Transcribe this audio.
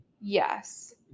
Yes